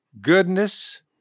goodness